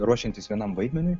ruošiantis vienam vaidmeniui